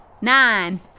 Nine